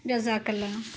جزاک اللہ